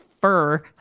fur